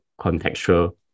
contextual